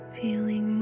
feeling